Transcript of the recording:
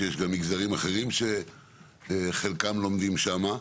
שיש גם מגזרים אחרים שחלקם לומדים שם.